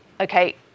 okay